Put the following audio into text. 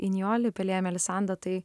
inijolį pelėją melisandą tai